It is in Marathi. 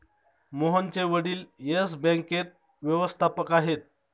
मोहनचे वडील येस बँकेत व्यवस्थापक आहेत